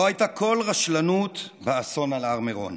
לא הייתה כל רשלנות באסון על הר מירון.